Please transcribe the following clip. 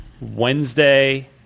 Wednesday –